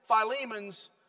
Philemon's